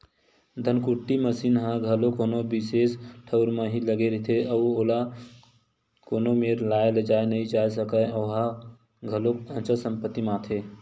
धनकुट्टी मसीन ह घलो कोनो बिसेस ठउर म ही लगे रहिथे, ओला कोनो मेर लाय लेजाय नइ जाय सकय ओहा घलोक अंचल संपत्ति म आथे